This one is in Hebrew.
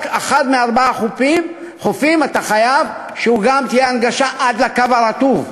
רק אחד מארבעה חופים אתה חייב שגם תהיה בו הנגשה עד לקו הרטוב.